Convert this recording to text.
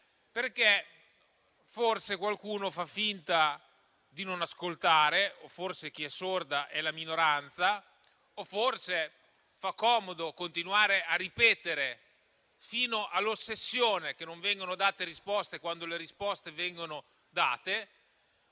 perché forse qualcuno fa finta di non ascoltare, o forse chi è sorda è la minoranza, o forse fa comodo continuare a ripetere fino all'ossessione che non vengono date risposte, quando invece vengono date.